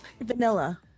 Vanilla